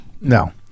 no